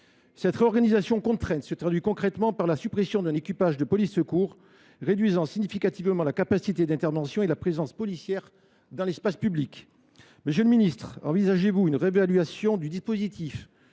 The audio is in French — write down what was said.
Cette réorganisation contrainte se traduit concrètement par la suppression d’un équipage de police secours, ce qui réduit significativement la capacité d’intervention et la présence policière dans l’espace public. Monsieur le ministre, envisagez vous une réévaluation du dispositif